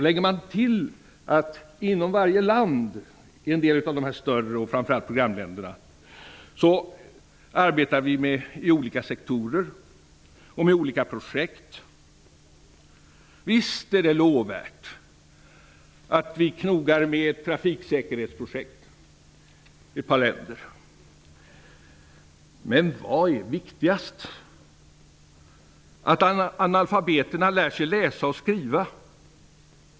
Lägg sedan till att vi inom varje land, framför allt i programländerna, arbetar i olika sektorer och med olika projekt. Visst är det lovvärt att vi knogar med trafiksäkerhetsprojekt i ett par länder, men vad är viktigast? Att analfabeterna lär sig att läsa och skriva?